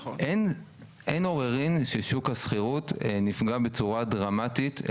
אין עוררין ששוק השכירות נפגע בצורה דרמטית.